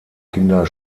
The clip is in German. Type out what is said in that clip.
kinder